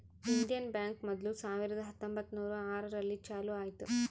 Indian Bank ಮೊದ್ಲು ಸಾವಿರದ ಹತ್ತೊಂಬತ್ತುನೂರು ಆರು ರಲ್ಲಿ ಚಾಲೂ ಆಯ್ತು